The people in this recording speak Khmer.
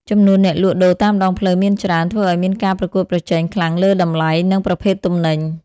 ចំនួនអ្នកលក់ដូរតាមដងផ្លូវមានច្រើន ធ្វើឱ្យមានការប្រកួតប្រជែងខ្លាំងលើតម្លៃ និងប្រភេទទំនិញ ។